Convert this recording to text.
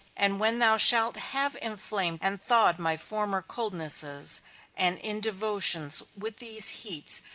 and when thou shalt have inflamed and thawed my former coldnesses and indevotions with these heats,